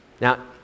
Now